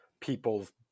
people's